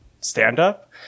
stand-up